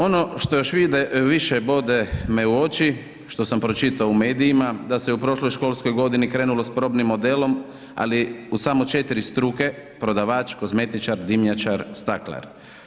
Ono što me još više bode u oči, što sam pročitao u medijima da se u prošloj školskoj godini krenulo s probnim modelom, ali u samo četiri struke, prodavač, kozmetičar, dimnjačar, staklar.